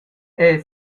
era